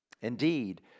Indeed